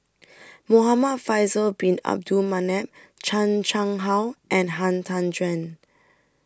Muhamad Faisal Bin Abdul Manap Chan Chang How and Han Tan Juan